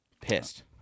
Pissed